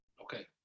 Okay